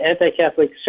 anti-Catholic